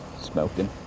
Smoking